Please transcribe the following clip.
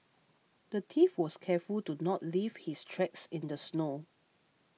the thief was careful to not leave his tracks in the snow